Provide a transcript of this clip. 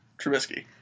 Trubisky